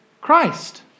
Christ